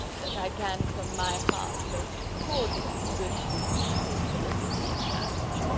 that i can from my heart most cordially wish you equal felicity in marriage.